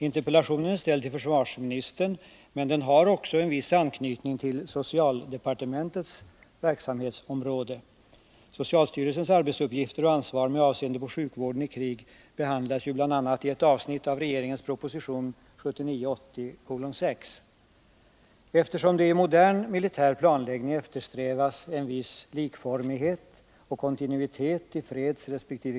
Interpellationen är ställd till försvarsministern, men den har också en viss anknytning till socialdepartementets verksamhetsområde. Socialstyrelsens arbetsuppgifter och ansvar med avseende på sjukvården i krig behandlas bl.a. i ett avsnitt av regeringens proposition 1979/80:6. Eftersom det i modern militär planläggning eftersträvas en viss likformighet och kontinuitet i fredsresp.